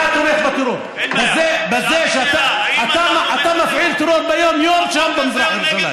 אתה תומך בטרור בזה שאתה מפעיל טרור ביום-יום במזרח ירושלים.